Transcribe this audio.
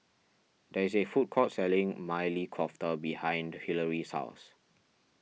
there is a food court selling Maili Kofta behind Hillery's house